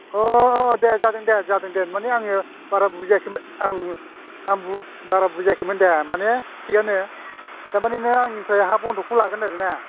अ अ दे जागोन दे जागोन दे माने आङो बारा बुजियाखैमोन आं बारा बुजियाखैमोन दे माने थिखआनो थारमाने बे आंनिफ्राय हा बन्दकखौ लागोन आरो ना